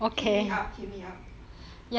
hit me up hit me up